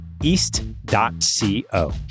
East.co